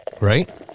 Right